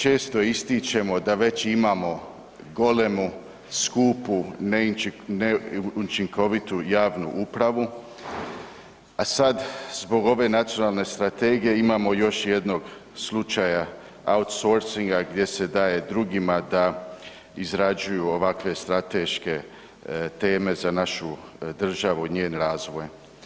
Često ističemo da već imamo golemu skupu, neučinkovitu javnu upravu, a sad zbog ove Nacionalne strategije imamo još jednog slučaja outsourcinga gdje se daje drugima da izrađuju ovakve strateške teme za našu državu i njen razvoj.